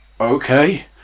Okay